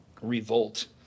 revolt